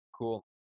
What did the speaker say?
Cool